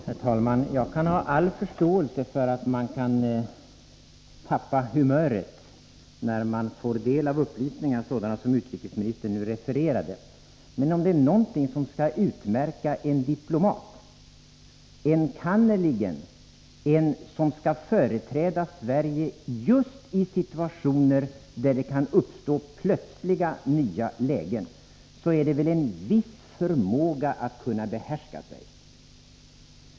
Herr talman! Jag kan ha all förståelse för att man kan tappa humöret när man får del av upplysningar sådana som utrikesministern nu refererade. Men om det är någonting som skall utmärka en diplomat — enkannerligen en som skall företräda Sverige just i situationer där det plötsligt kan uppstå nya lägen — är det väl en viss förmåga att kunna behärska sig.